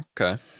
Okay